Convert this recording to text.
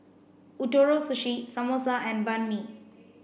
Ootoro Sushi Samosa and Banh Mi